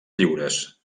lliures